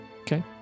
Okay